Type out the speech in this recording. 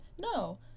No